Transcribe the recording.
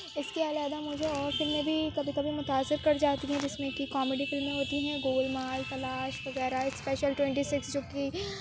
اس کے علاوہ مجھے اور فلمیں بھی کبھی کبھی متاثر کر جاتی ہیں جس میں کہ کامیڈی فلمیں ہوتی ہیں گول مال تلاش وغیرہ اسپیشل ٹوینٹی سکس جو کہ